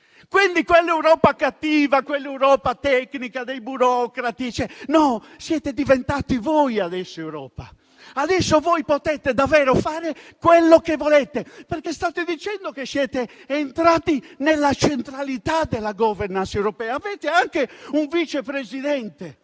voi, di quell'Europa cattiva, di quell'Europa tecnica dei burocrati. No, siete diventati voi adesso Europa e potete fare quello che volete, perché state dicendo che siete entrati nella centralità della *governance* europea, avete anche un vicepresidente.